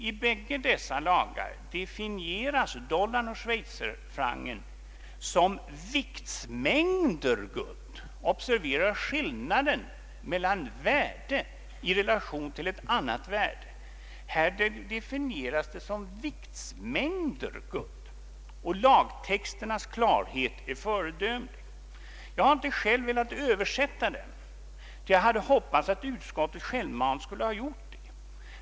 I båda dessa lagar definieras dollarn och schweizerfrancen som viktmängder guld. Observera skillnaden mellan värde i relation till ett annat värde och dessa lagar där definitionen görs i viktmängder guld. Lagtexternas klarhet i de båda av mig citerade fallen är föredömlig. Jag har inte själv velat översätta lagtexterna, ty jag hade hoppats att utskottet självmant skulle göra det.